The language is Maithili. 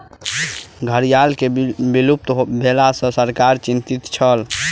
घड़ियाल के विलुप्त भेला सॅ सरकार चिंतित छल